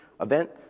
event